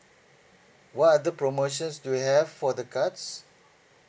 what other promotions do you have for the cards